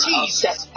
Jesus